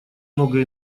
много